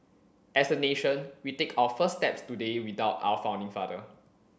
as a nation we take our first steps today without our founding father